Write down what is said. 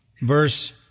Verse